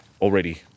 already